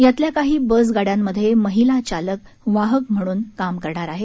यातील काही बस गाड्यांमध्ये महिलाही चालक वाहक म्हणुन काम करणार आहेत